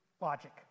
logic